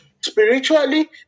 spiritually